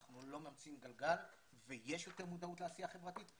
אנחנו לא ממציאים גלגל ויש יותר מודעות לעשייה חברתית,